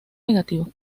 negativo